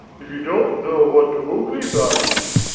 if you don't know what to uglify is,